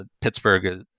Pittsburgh